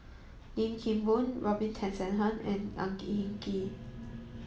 Lim Kim Boon Robin Tessensohn and Ang Hin Kee